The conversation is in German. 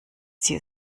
sie